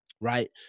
right